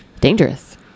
Dangerous